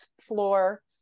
floor